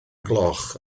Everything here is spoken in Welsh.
gloch